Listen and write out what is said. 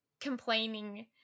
complaining